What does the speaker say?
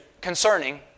concerning